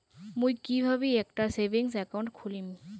মুই কিভাবে একটা সেভিংস অ্যাকাউন্ট খুলিম?